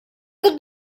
could